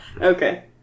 Okay